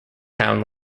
town